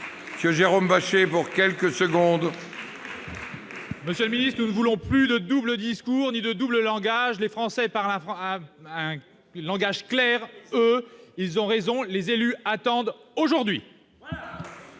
M. Jérôme Bascher, pour la réplique. Monsieur le ministre, nous ne voulons plus de double discours ni de double langage. Les Français parlent un langage clair, eux ; ils ont raison, et les élus attendent, aujourd'hui